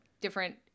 different